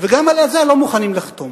וגם על זה הם לא מוכנים לחתום.